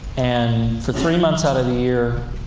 and for three months out of the year,